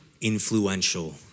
influential